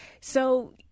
So-